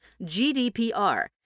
GDPR